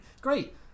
Great